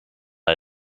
hij